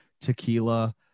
Tequila